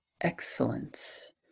excellence